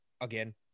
again